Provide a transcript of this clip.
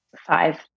Five